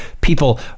People